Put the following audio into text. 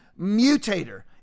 mutator